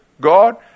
God